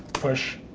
push.